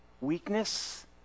weakness